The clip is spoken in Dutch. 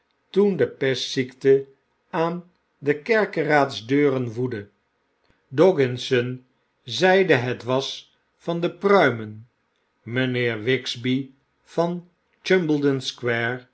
toen de pestziekte aan de kerkeraadsdeuren woedde dogginson zeide het was van de pruimen mpheer wigsby van